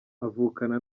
avukana